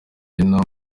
hino